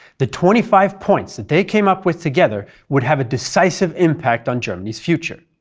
the twenty five points they came up with together would have a decisive impact on germany's future.